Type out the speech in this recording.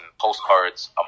postcards